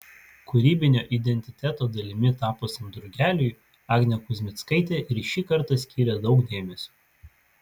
kūrybinio identiteto dalimi tapusiam drugeliui agnė kuzmickaitė ir šį kartą skyrė daug dėmesio